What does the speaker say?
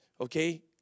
Okay